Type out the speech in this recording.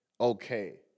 okay